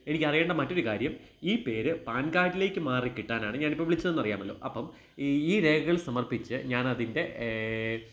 എനിക്കറിയേണ്ട മറ്റൊരു കാര്യം ഈ പേര് പാൻ കാഡിലേക്ക് മാറി കിട്ടാനാണ് ഞാനിപ്പോള് വിളിച്ചതെന്ന് അറിയാമല്ലോ അപ്പോള് ഈ രേഖകൾ സമർപ്പിച്ച് ഞാനതിൻ്റെ